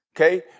okay